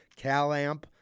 CalAmp